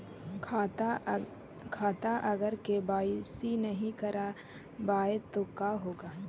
खाता अगर के.वाई.सी नही करबाए तो का होगा?